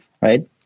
right